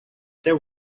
there